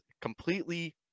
completely